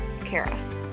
Kara